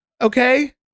okay